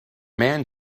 man